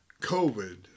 COVID